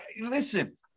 listen